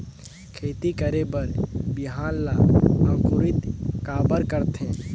खेती करे बर बिहान ला अंकुरित काबर करथे?